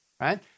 right